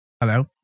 Hello